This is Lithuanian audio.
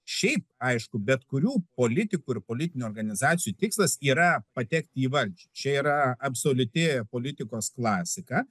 šiaip aišku bet kurių politikų ir politinių organizacijų tikslas yra patekti į valdžią čia yra absoliuti politikos klasika